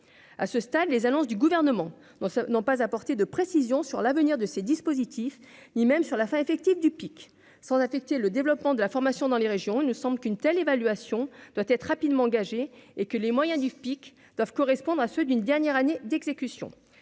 à ce stade, les annonces du gouvernement, non ça n'ont pas apporté de précisions sur l'avenir de ces dispositifs, ni même sur la fin effective du pic sans affecter le développement de la formation dans les régions ne semble qu'une telle évaluation doit être rapidement engagé et que les moyens du pic doivent correspondre à ceux d'une dernière année d'exécution,